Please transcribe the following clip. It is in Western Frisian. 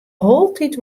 altyd